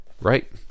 right